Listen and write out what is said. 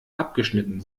abgeschnitten